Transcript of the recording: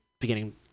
beginning